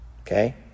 Okay